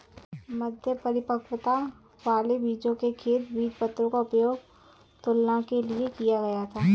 मध्य परिपक्वता वाले बीजों के खेत बीजपत्रों का उपयोग तुलना के लिए किया गया था